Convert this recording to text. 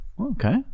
Okay